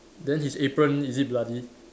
then his apron is it bloody